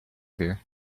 here